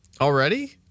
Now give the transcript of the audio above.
Already